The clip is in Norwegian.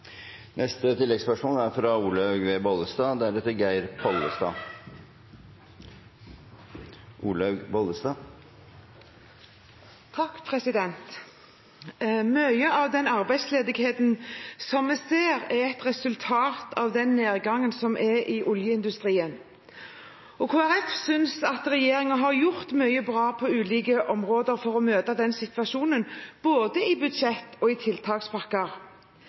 Olaug V. Bollestad – til oppfølgingsspørsmål. Mye av den arbeidsledigheten vi ser, er et resultat av nedgangen i oljeindustrien. Kristelig Folkeparti synes at regjeringen har gjort mye bra på ulike områder for å møte denne situasjonen, både i budsjettet og i